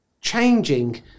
changing